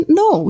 no